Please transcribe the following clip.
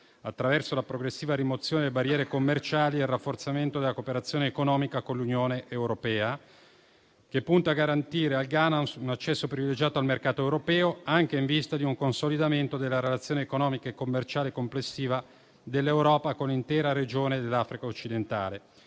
attraverso la progressiva rimozione di barriere commerciali e il rafforzamento della cooperazione economica con l'Unione europea, punta a garantire al Ghana un accesso privilegiato al mercato europeo, anche in vista di un consolidamento della relazioni economiche e commerciali complessive dell'Europa con l'intera regione dell'Africa occidentale.